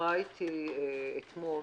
דיברה אתי אתמול